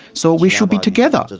so we should be together'.